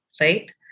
Right